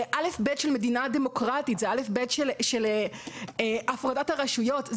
זה א' ב' של מדינה דמוקרטית ושל הפרדת הרשויות.